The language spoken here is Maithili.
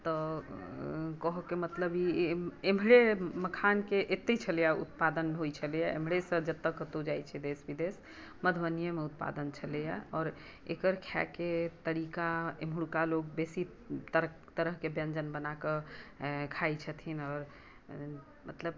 तऽ कहऽके मतलब ई एमहरे मखानके एतै छलैया ऊत्पादन होइत छलैया एमहरेसँ जतऽ कतहुँ जाइत छलैया देश विदेश मधुबनीयेमे ऊत्पादन छलैया आओर एकर खाएके तरीका एमहरका लोक बेसी तरह तरहके व्यञ्जन बना कऽ खाइत छथिन आओर मतलब